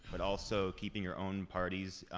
but also keeping your own party's